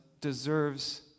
deserves